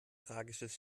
tragisches